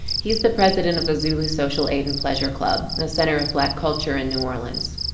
he's the president of the zulu social aid and pleasure club, the center of black culture in new orleans.